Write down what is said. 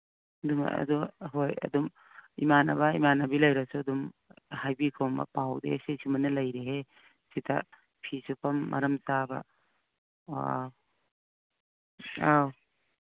ꯑꯗꯨ ꯍꯣꯏ ꯑꯗꯨꯝ ꯏꯃꯥꯟꯅꯕ ꯏꯃꯥꯟꯅꯕꯤ ꯂꯩꯔꯁꯨ ꯑꯗꯨꯝ ꯍꯥꯏꯕꯤꯈꯣ ꯄꯥꯎꯗꯤ ꯁꯤ ꯁꯨꯃꯥꯏꯅ ꯂꯩꯔꯦ ꯁꯤꯗ ꯐꯤ ꯁꯨꯐꯝ ꯃꯔꯝ ꯆꯥꯕ ꯑꯧ